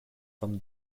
from